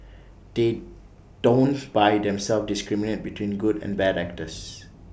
they don't by themselves discriminate between good and bad actors